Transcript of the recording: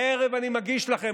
הערב אני מגיש לכם",